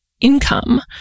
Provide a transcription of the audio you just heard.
income